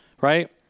right